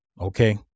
Okay